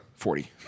Forty